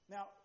Now